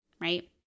right